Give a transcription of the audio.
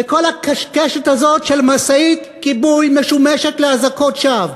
וכל הקשקשת הזאת של משאית כיבוי משומשת לאזעקות שווא.